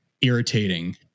irritating